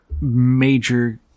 major